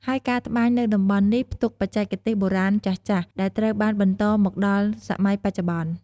ហើយការត្បាញនៅតំបន់នេះផ្ទុកបច្ចេកទេសបុរាណចាស់ៗ ដែលត្រូវបានបន្តមកដល់សម័យបច្ចុប្បន្ន។